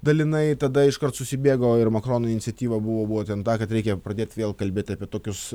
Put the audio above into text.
dalinai tada iškart susibėgo ir makrono iniciatyva buvo būtent ten ta kad reikia pradėt vėl kalbėt apie tokius